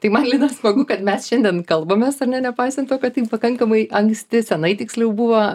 tai man smagu kad mes šiandien kalbamės ar ne nepaisant to kad tai pakankamai anksti senai tiksliau buvo